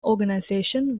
organization